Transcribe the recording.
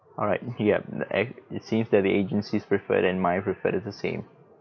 alright ya mm ex~ it seems that the agency's preferred and my preferred is the same